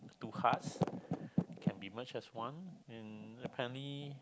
two hearts can be merged as one and apparently